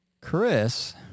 Chris